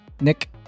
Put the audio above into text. Nick